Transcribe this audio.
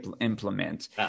implement